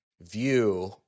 view